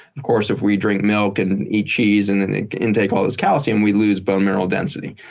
of course, if we drink milk and eat cheese and and intake all this calcium, we lose bone marrow density.